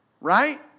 right